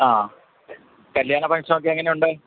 ആ കല്യാണ ഫങ്ക്ഷനൊക്കെ എങ്ങനെയുണ്ട്